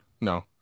No